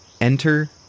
Enter